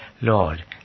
Lord